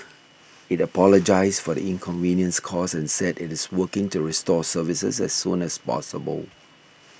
it apologised for the inconvenience caused and said it is working to restore services as soon as possible